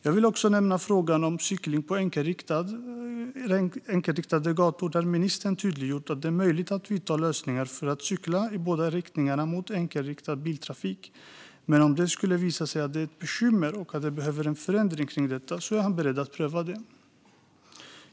Jag vill också nämna frågan om cykling på enkelriktade gator, där ministern har tydliggjort att det är möjligt att vidta lösningar för att cykla i båda riktningar mot enkelriktad biltrafik. Men om det skulle visa sig att det är ett bekymmer och att det behövs förändringar när det gäller detta är han också beredd att pröva det.